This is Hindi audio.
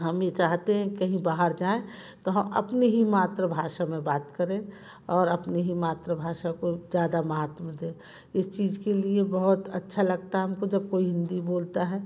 हम ये चाहते हैं कहीं बाहर जाएँ तो हम अपने ही मातृभाषा में बात करें और अपने ही मातृभाषा को ज़्यादा महत्व दे इस चीज़ के लिए बहुत अच्छा लगता हमको जब कोई हिंदी बोलता है